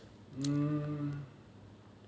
um